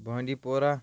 بانڈی پورہ